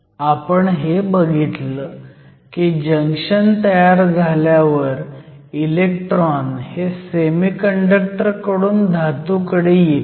आपण हे बघितलं की जंक्शन तयार झाल्यावर इलेक्ट्रॉन हे सेमीकंडक्टर कडून धातू कडे येतील